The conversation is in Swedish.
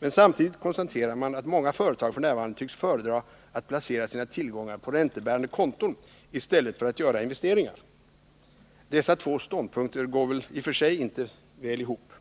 Men samtidigt konstaterar man att många företag f. n. tycks föredra att placera sina tillgångar på räntebärande konton i stället för att göra investeringar. Dessa två ståndpunkter går väl i och för sig inte ihop.